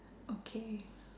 okay